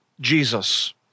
Jesus